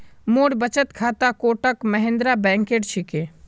मोर बचत खाता कोटक महिंद्रा बैंकेर छिके